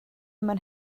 mewn